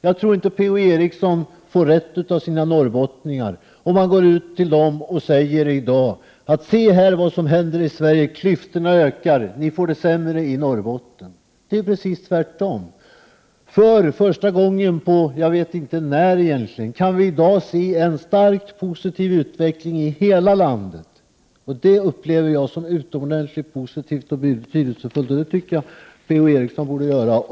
Jag tror inte att norrbottningarna ger Per-Ola Eriksson rätt om han i dag går ut och säger: Se här vad som händer i Sverige, klyftorna ökar och ni får det sämre i Norrbotten. Det är precis tvärtom. För första gången på mycket länge, jag vet egentligen inte när, kan vi i dag se en stark positiv utveckling i hela landet. Det upplever jag som utomordentligt positivt och betydelsefullt, och det tycker jag Per-Ola Eriksson också borde göra.